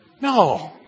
no